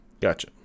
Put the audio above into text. Gotcha